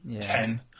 ten